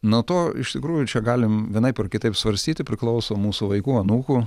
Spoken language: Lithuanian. nuo to iš tikrųjų čia galim vienaip ar kitaip svarstyti priklauso mūsų vaikų anūkų